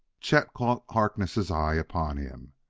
chet caught harkness' eye upon him.